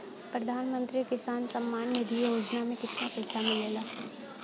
प्रधान मंत्री किसान सम्मान निधि योजना में कितना पैसा मिलेला?